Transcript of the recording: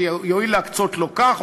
שיואיל להקצות לו כך,